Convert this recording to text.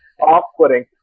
off-putting